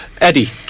Eddie